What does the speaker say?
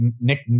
Nick